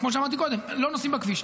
כמו שאמרתי קודם: לא נוסעים בכביש,